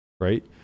right